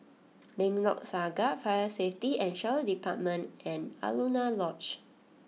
Lengkok Saga Fire Safety and Shelter Department and Alaunia Lodge